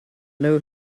know